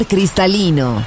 cristalino